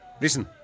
Listen